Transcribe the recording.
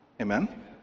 Amen